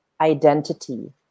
identity